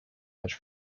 much